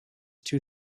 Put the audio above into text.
two